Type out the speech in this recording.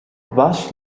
bush